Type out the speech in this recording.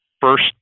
first